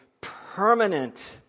permanent